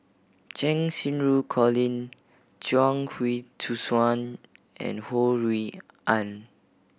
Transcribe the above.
Cheng Xinru Colin Chuang Hui Tsuan and Ho Rui An